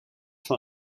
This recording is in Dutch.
van